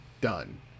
done